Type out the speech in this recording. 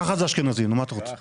ככה זה אשכנזים, מה אתה רוצה?